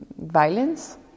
violence